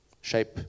Shape